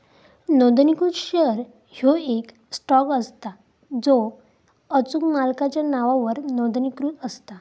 नोंदणीकृत शेअर ह्यो येक स्टॉक असता जो अचूक मालकाच्या नावावर नोंदणीकृत असता